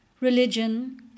religion